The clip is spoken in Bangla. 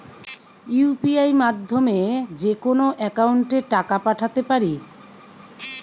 ইউ.পি.আই মাধ্যমে যেকোনো একাউন্টে টাকা পাঠাতে পারি?